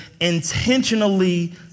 intentionally